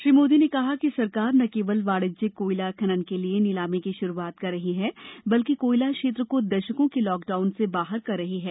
श्री मोदी ने कहा कि सरकार न केवल वाणिज्यिक कोयला खनन के लिए नीलामी की शुरूआत कर रही है बल्कि कोयला क्षेत्र को दशकों के लॉकडाउन से बाहर कर रही है